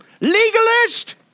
Legalist